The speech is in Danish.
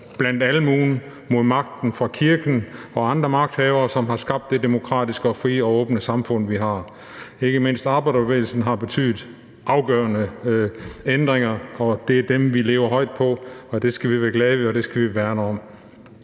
blandt almuen mod magten fra kirken og andre magthavere, som har skabt det demokratiske, frie og åbne samfund, vi har. Ikke mindst arbejderbevægelsen har betydet afgørende ændringer, og det er dem, vi lever højt på. Det skal vi være glade ved, og det skal vi værne om.